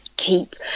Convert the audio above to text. keep